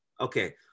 Okay